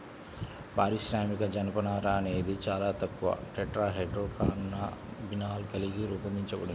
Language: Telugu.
పారిశ్రామిక జనపనార అనేది చాలా తక్కువ టెట్రాహైడ్రోకాన్నబినాల్ కలిగి రూపొందించబడింది